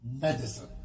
medicine